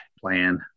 plan